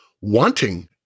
wanting